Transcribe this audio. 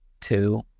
two